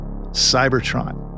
Cybertron